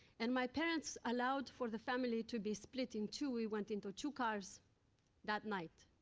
and my parents allowed for the family to be split in two we went into two cars that night.